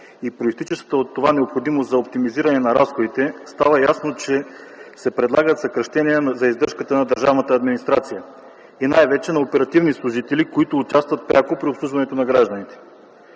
и политическата от това необходимост за оптимизиране на разходите, става ясно, че се предлагат съкращения за издръжката на държавната администрация и най-вече на оперативни служители, които участват пряко при обслужването на гражданите.